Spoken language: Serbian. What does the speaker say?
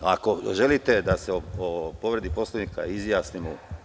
Ako želite da se o povredi Poslovnika izjasnimo.